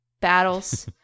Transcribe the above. battles